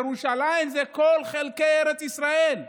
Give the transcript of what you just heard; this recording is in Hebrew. ירושלים היא כל חלקי ארץ ישראל.